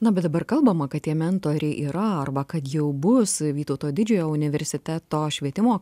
na bet dabar kalbama kad tie mentoriai yra arba kad jau bus vytauto didžiojo universiteto švietimo